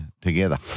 together